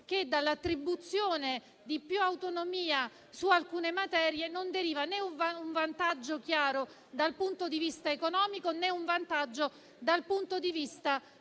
che dall'attribuzione di più autonomia su alcune materie non deriva né un vantaggio chiaro dal punto di vista economico, né un vantaggio dal punto di vista burocratico.